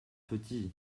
petit